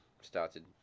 started